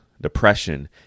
depression